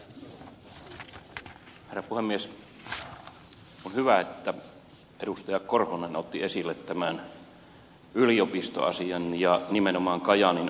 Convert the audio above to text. on hyvä että edustaja korhonen otti esille tämän yliopistoasian ja nimenomaan kajaanin opettajankoulutusasian